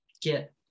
get